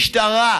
משטרה,